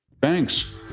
Thanks